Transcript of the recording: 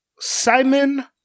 Simon